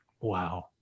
Wow